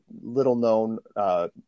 little-known